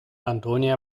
antonia